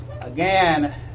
again